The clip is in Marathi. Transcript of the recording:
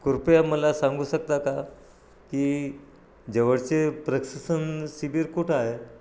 कृपया मला सांगू शकता का की जवळचे प्रशासन शिबिर कुठं आहे